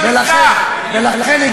ולכן,